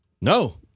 No